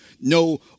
no